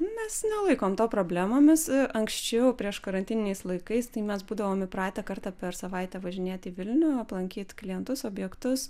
mes nelaikom to problemomis anksčiau prieš karantininiais laikais tai mes būdavom įpratę kartą per savaitę važinėt į vilnių aplankyt klientus objektus